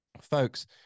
Folks